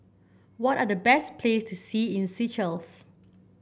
what are the best places to see in Seychelles